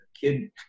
kid